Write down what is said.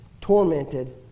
tormented